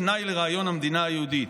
תנאי לרעיון המדינה היהודית.